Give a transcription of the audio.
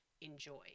Enjoy